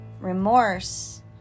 remorse